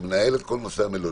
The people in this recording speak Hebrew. שמנהל את כל נושא המלוניות.